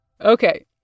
Okay